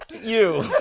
you.